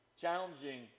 challenging